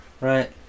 Right